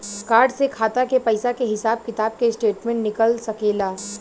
Card से खाता के पइसा के हिसाब किताब के स्टेटमेंट निकल सकेलऽ?